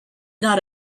not